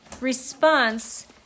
response